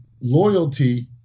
loyalty